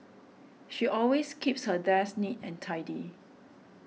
she always keeps her desk neat and tidy